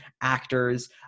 actors